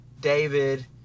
David